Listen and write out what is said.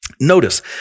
Notice